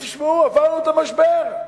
תשמעו, עברנו את המשבר.